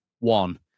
One